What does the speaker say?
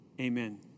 amen